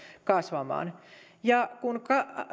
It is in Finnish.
kasvamaan ja kun